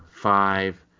five